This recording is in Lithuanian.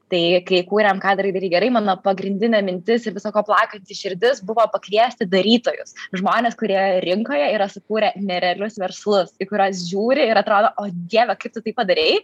tai kai kūrėm ką darai daryk gerai mano pagrindinė mintis ir viso ko plakanti širdis buvo pakviesti darytojus žmones kurie rinkoje yra sukūrę nerealius verslus į kuriuos žiūri ir atrodo o dieve kaip tu tai padarei